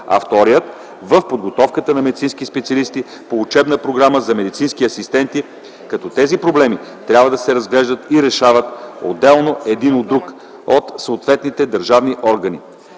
а вторият – в подготовката на медицинските специалисти по учебна програма за медицински асистенти, като тези проблеми трябва да се разглеждат и решават отделно един от друг от съответните държавни органи.